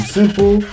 simple